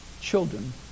children